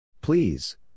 Please